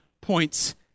points